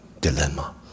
dilemma